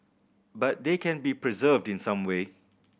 but they can be preserved in some way